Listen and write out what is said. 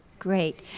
Great